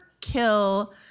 kill